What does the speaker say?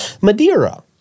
Madeira